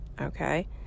okay